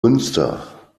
münster